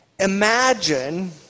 Imagine